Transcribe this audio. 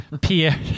Pierre